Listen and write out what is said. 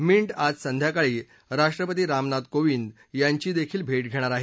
minute आज संध्याकाळी राष्ट्रपती रामनाथ कोविंद यांची देखील भेट घेणार आहेत